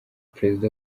perezida